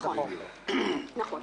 נכון.